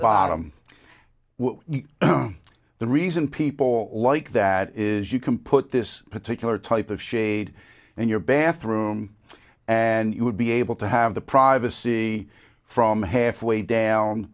bottom the reason people like that is you can put this particular type of shade in your bathroom and you would be able to have the privacy from half way down